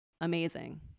amazing